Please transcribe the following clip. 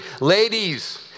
ladies